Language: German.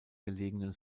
gelegene